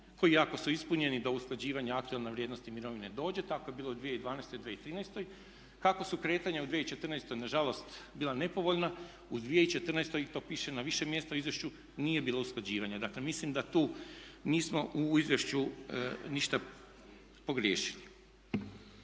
koji ako su ispunjeni da do usklađivanje aktualne vrijednosti mirovine dođe tako je bilo i u 2012.i u 2013. Kako su kretanja u 2014.nažalost bila nepovoljna u 2014., i to piše na više mjesta u izvješću, nije bilo usklađivanja. Dakle, mislim da tu nismo u izvješću ništa pogriješili.